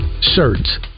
shirts